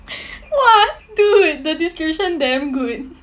!wah! dude the description damn good